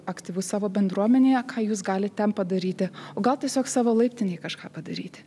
aktyvus savo bendruomenėje ką jūs galit ten padaryti o gal tiesiog savo laiptinėj kažką padaryti